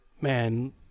man